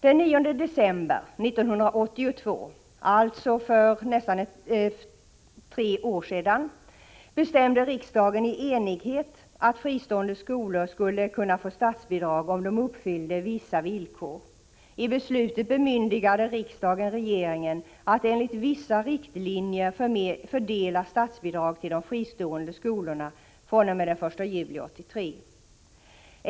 Den 9 december 1982, alltså för nästan tre år sedan, bestämde riksdagen i enighet att fristående skolor skulle kunna få statsbidrag om de uppfyllde vissa villkor. I beslutet bemyndigade riksdagen regeringen att enligt vissa riktlinjer fördela statsbidrag till de fristående skolorna fr.o.m. den 1 juli 1983.